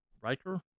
Riker